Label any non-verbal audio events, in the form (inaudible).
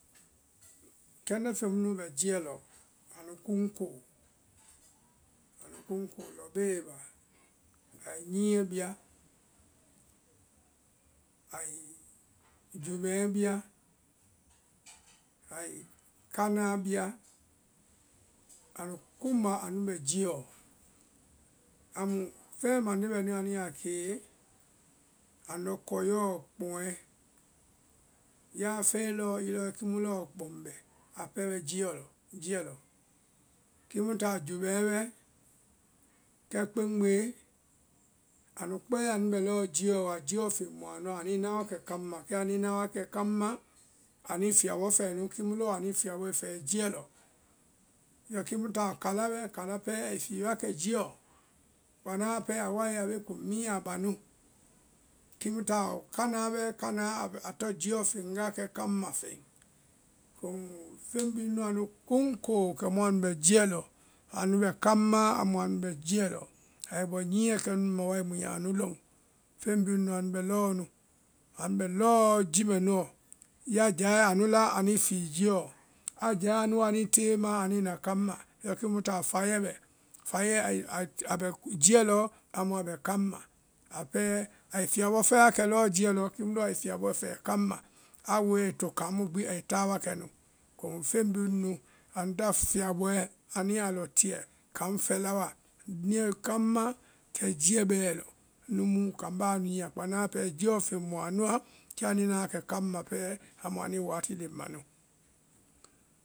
kɛndɛ feŋɛ mu nu bɛ jiɛ lɔ anu kuŋkóo, anu kuŋkóo lɔ bée bá. ai nyíɛ bia, aii jumɛɛ bia aii kánáã bia, anu kumbaa anu bɛ jiɔ. Ámu feŋɛ mande bɛ anu yaa a kée andɔ́ kɔiyɛɔ kpɔŋɛ, yaa fɛe lɔɔ kimu lɔɔ kpɔŋ bɛ, a pɛɛ bɛ jiɔ- jiɛ lɔ. Kimu taɔ jumɛɛ bɛ kɛ kpembée anu kpɛɛ bɛ anu bɛ lɔɔ jiɔɔ wa jiɔɔ feŋ mu anua. Á nuĩ naɔ kɛ kaŋma, kɛ anuĩ na wa kaŋma amu anuĩ fiyabɔ fɛɛ nu kii mu lɔɔ anuĩ fiyabɔɛ fɛɛ jiɛ lɔ. Yɔ kimu taɔ kála bɛ, kálaa pɛɛ ai fii wa kɛ jiɔ, (unintelligible) pɛɛ a wai abe kuŋ minyɛ ba nu. Kiimu taɔ kánáa bɛ, kánáa a tɔŋ jiɔ feŋ wa kɛ kaŋma feŋ. Komuu feŋ bhii nu nu anu kuŋkóo kɛmu anu bɛ jiɛ lɔ, anu bɛ laŋmaã, amu anu bɛ jiɛ lɔ. Ai bɔ nyíɛ kɛ mɛɛ nu nu ma mu yaa a lɔŋ, feŋ bhii nunu anu bɛ lɔɔ nu. Anu bɛ lɔɔ ji mɛ nuɔ, ya jae a nu la, anuĩ fii jiɔ, a jae anu woa anuĩ na anuĩ tée maã anuĩ na kaŋma, yɔ kimu taɔ faiɛ bɛ, faiɛ a bɛ jiɛ lɔ amu a bɛ kaŋma, a pɛɛ ai fiyabɔ fɛɛ wa jiɛ kimu lɔ ai fiyabɔɛ fɛɛ kaŋma, a wooe ai to kaŋ mu gbi ai táa wa kɛ nu. komu feŋ bée nunu anu ta fiyabɔɛ anu a lɔ tiɛ kaŋ fɛla wa, niɛ kaŋma kɛ jiɛ bɛɛ lɔ. Nu mu kambá a nyia kpanã pɛɛ jiɔ feŋ mu anuã, kɛ anuĩ na wa kɛ kaŋma pɛɛ amu anuĩ wati léŋ ma nu.